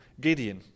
Gideon